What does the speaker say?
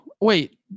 Wait